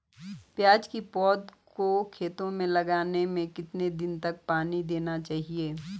प्याज़ की पौध को खेतों में लगाने में कितने दिन तक पानी देना चाहिए?